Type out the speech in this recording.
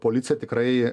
policija tikrai